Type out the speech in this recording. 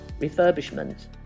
refurbishment